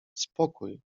spokój